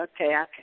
Okay